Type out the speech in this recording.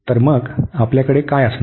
तर मग आपल्याकडे काय असणार